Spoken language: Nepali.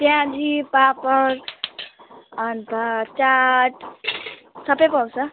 पियाजी पापड अनि त चाट सबै पाउँछ